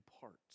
parts